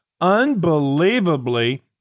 unbelievably